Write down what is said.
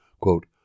quote